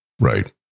Right